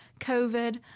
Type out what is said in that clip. COVID